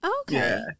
Okay